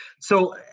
So-